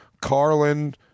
Carlin –